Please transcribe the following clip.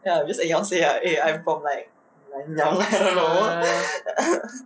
ya just anyhow I say lah eh I'm from like nanyang lah I don't know